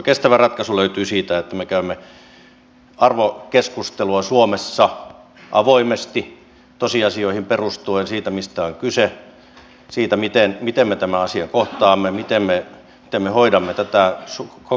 kestävä ratkaisu löytyy siitä että me käymme arvokeskustelua suomessa avoimesti tosiasioihin perustuen siitä mistä on kyse miten me tämän asian kohtaamme miten me hoidamme tätä kansalaisyhteiskuntana